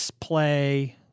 play